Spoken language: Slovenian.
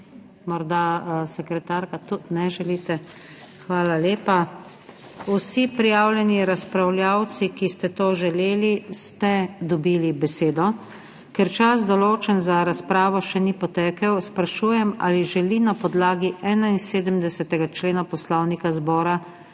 Morda sekretarka? Ne želite. Hvala lepa. Vsi prijavljeni razpravljavci, ki ste to želeli, ste dobili besedo. Ker čas, določen za razpravo, še ni potekel, sprašujem, ali želi na podlagi 71. člena Poslovnika